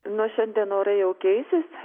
nuo šiandien orai jau keisis